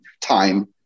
time